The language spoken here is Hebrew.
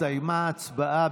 הסתיימה ההצבעה.